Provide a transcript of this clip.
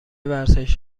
ورزش